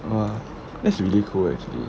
!wah! that's really cool actually